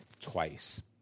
twice